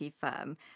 firm